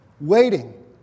waiting